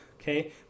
okay